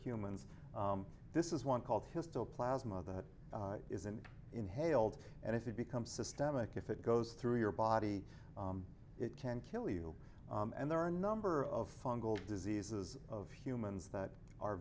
humans this is one called his still plasma that isn't inhaled and if it becomes systemic if it goes through your body it can kill you and there are a number of fungal diseases of humans that are